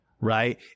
Right